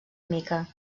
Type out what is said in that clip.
mica